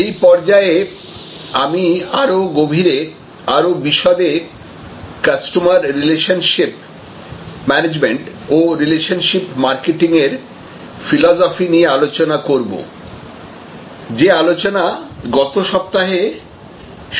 এই পর্যায়ে আমি আরো গভীরে আরো বিশদে কাস্টমার রিলেশনশিপ ম্যানেজমেন্ট ও রিলেশনশিপ মার্কেটিংয়ের ফিলোসফি নিয়ে আলোচনা করব যে আলোচনা গত সপ্তাহে শুরু করেছি